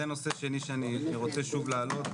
זה נושא שני שאני רוצה שוב להעלות,